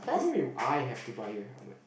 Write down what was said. why do I have to buy you a helmet